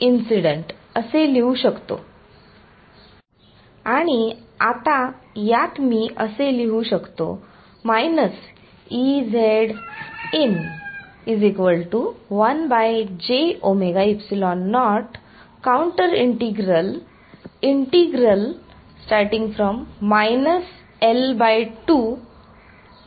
आणि आता यात मी असे लिहू शकतो